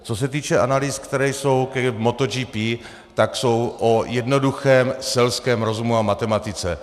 Co se týče analýz, které jsou k MotoGP, tak jsou o jednoduchém selském rozumu a matematice.